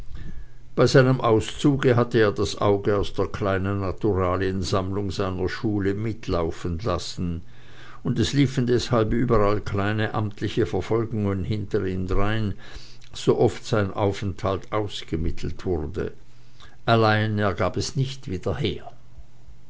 bei seinem auszug hatte er das auge aus der kleinen naturaliensammlung seiner schule mitlaufen lassen und es liefen deshalb überall kleine amtliche verfolgungen hinter ihm drein sooft sein aufenthalt ausgemittelt wurde allein er gab es nicht wieder her